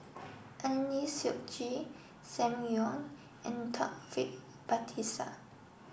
Eng Lee Seok Chee Sam Leong and Taufik Batisah